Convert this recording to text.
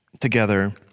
together